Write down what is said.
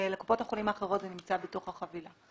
ולקופות החולים האחרות זה נמצא בתוך החבילה.